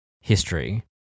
history